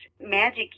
Magic